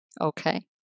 Okay